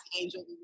angel